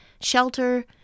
shelter